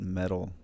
metal